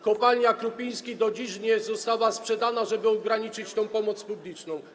Kopalnia Krupiński do dziś nie została sprzedana, żeby ograniczyć tę pomoc publiczną.